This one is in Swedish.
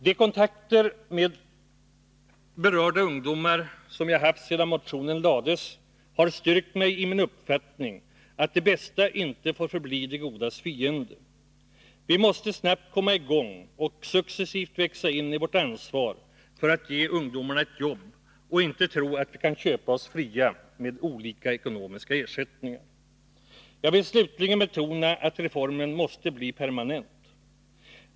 De kontakter som jag har haft med berörda ungdomar sedan motionen väcktes har styrkt mig i min uppfattning att det bästa inte får bli det godas fiende. Vi måste snabbt komma i gång och successivt växa in i vårt ansvar för att ge ungdomarna jobb och inte tro att vi kan köpa oss fria med olika ekonomiska ersättningar. Jag vill slutligen betona att reformen måste bli permanent.